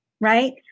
right